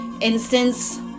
Instance